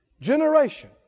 generation